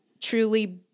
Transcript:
truly